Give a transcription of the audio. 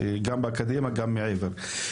גם באקדמיה וגם מעבר.